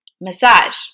massage